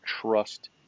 trust